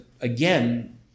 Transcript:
again